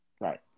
right